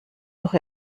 doch